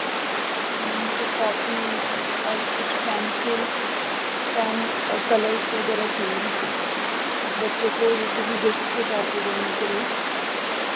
مھجے copy اور کچھ pencil pen اور کلرس وغیرہ چاہیے بچوں کو جیسے بھی گفٹ کے طور پر دینے کے لیے